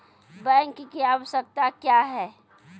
Bank की आवश्यकता क्या हैं?